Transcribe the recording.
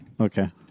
Okay